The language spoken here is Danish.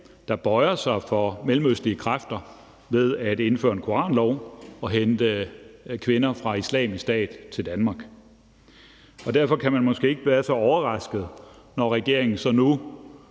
der bøjer sig for mellemøstlige kræfter ved at indføre en koranlov og hente kvinder fra Islamisk Stat til Danmark. Derfor kan man måske ikke være så overrasket, når regeringen så nu